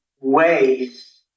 ways